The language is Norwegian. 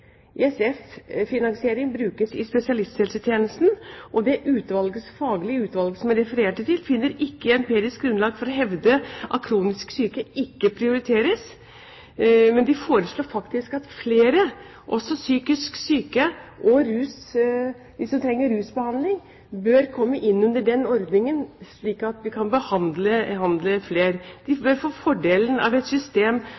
brukes til forebygging. ISF brukes i spesialisthelsetjenesten, og det faglige utvalget som jeg refererte til, finner ikke empirisk grunnlag for å hevde at kronisk syke ikke prioriteres. Men de foreslår faktisk at flere, også psykisk syke og de som trenger behandling for rusproblemer, bør komme inn under den ordningen, slik at vi kan behandle flere. De